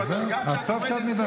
אז טוב שאת מדברת.